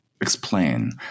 explain